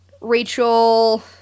Rachel